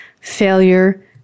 failure